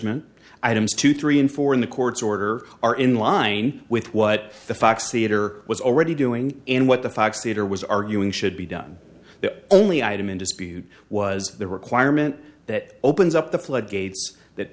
judgment items two three and four in the court's order are in line with what the facts theatre was already doing and what the facts later was arguing should be done the only item in dispute was the requirement that opens up the floodgates that